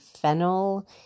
fennel